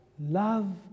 Love